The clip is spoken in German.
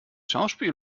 schauspiel